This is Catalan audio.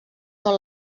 són